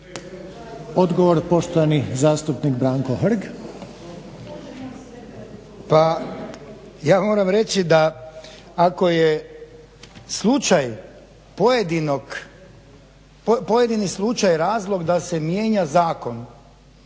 Odgovor poštovani zastupnik Branko Hrg. **Hrg, Branko (HSS)** Ja moram reći da, ako je slučaj pojedinog, pojedini slučaj razlog da se mijenja zakon